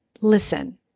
listen